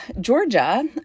Georgia